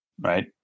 Right